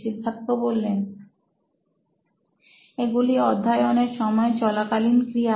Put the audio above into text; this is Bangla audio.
সিদ্ধার্থ এগুলি অধ্যায়ন এর সময় চলাকালীন ক্রিয়া